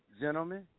Gentlemen